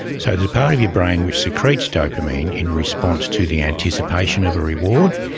so the part of your brain which secretes dopamine in response to the anticipation of a reward,